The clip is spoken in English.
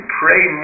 pray